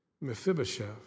Mephibosheth